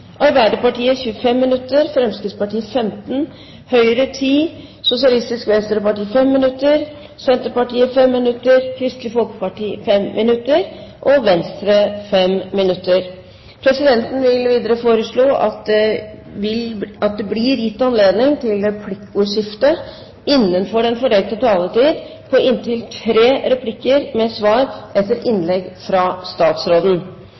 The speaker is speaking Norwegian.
Arbeiderpartiet 25 minutter, Fremskrittspartiet 15 minutter, Høyre 10 minutter, Sosialistisk Venstreparti 5 minutter, Senterpartiet 5 minutter, Kristelig Folkeparti 5 minutter og Venstre 5 minutter. Videre vil presidenten foreslå at det blir gitt anledning til replikkordskifte på inntil tre replikker med svar etter innlegg fra statsråden